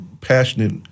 passionate